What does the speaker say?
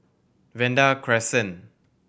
Vanda Crescent